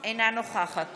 אינה נוכחת